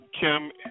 Kim